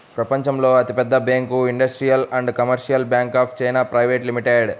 ప్రపంచంలో అతిపెద్ద bank industrial and commercial bank of China private limited